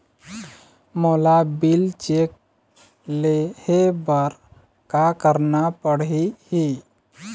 मोला bill check ले हे बर का करना पड़ही ही?